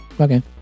okay